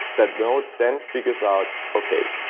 that node then figures out, okay.